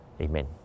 Amen